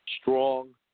strong